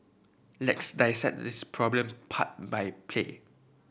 let's dissect this problem part by play